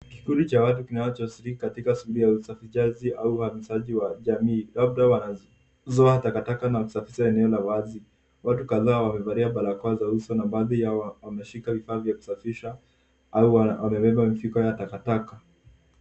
Kikundi cha watu kinachoshiriki katika shughuli ya usafishaji au uhamishishaji wa jamii labda wanazoa takataka na kusafisha eneo la wazi. watu kadhaa wamevalia barakoa za uso na baadhi yao wa- wameshika vifaa vya kusafisha au wa- wamebeba mifuko ya takataka.